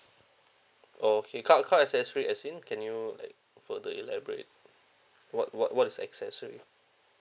okay car car accessories as in can you like further elaborate what what what is accessory